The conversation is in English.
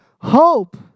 hope